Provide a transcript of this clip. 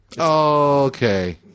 Okay